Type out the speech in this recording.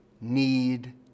need